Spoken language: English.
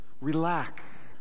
Relax